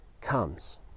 comes